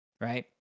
Right